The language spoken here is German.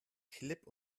klipp